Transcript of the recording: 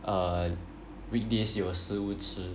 err weekdays 有食物吃